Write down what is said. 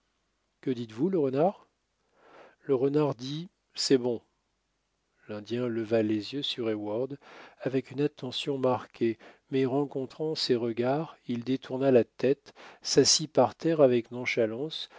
que dites-vous le renard le renard dit c'est bon l'indien leva les yeux sur heyward avec une attention marquée mais rencontrant ses regards il détourna la tête s'assit par terre avec nonchalance